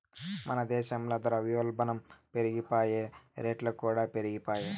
మన దేశంల ద్రవ్యోల్బనం పెరిగిపాయె, రేట్లుకూడా పెరిగిపాయె